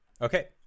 Okay